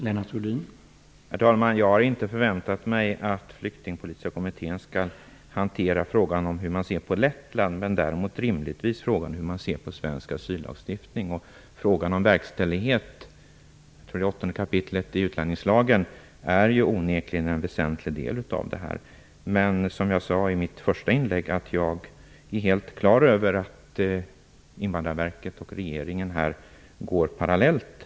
Herr talman! Jag har inte förväntat mig att Flyktingpolitiska kommittén skall hantera frågan om hur man ser på Lettland, däremot rimligtvis frågan hur man ser på svensk asyllagstiftning. Frågan om verkställighet, jag tror att det är 8 kap. i utlänningslagen, är onekligen en väsentlig del av detta. Men som jag sade i mitt första inlägg är jag helt på det klara med att Invandrarverket och regeringen går parallellt.